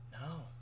No